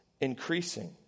increasing